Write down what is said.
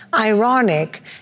ironic